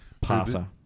Passer